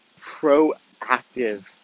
proactive